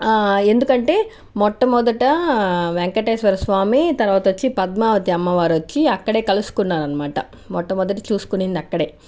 ఎందుకంటే మొట్టమొదట వెంకటేశ్వర స్వామి తర్వాత వచ్చి పద్మావతి అమ్మవారు వచ్చి అక్కడే కలుసుకున్నారన్నమాట మొట్టమొదట చూసుకునింది అక్కడే